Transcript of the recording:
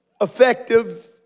effective